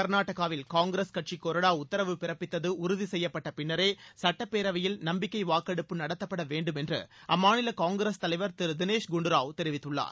கர்நாடகாவில் காங்கிரஸ் கட்சி கொறடா உத்தரவு பிறப்பித்தது உறுதி செய்யப்பட்ட பின்னரே சுட்டப் பேரவையில் நம்பிக்கை வாக்கெடுப்பு நடத்தப்பட வேண்டும் என்று அம்மாநில காங்கிரஸ் தலைவர் திரு தினேஷ் குண்டுராவ் தெரிவித்துள்ளார்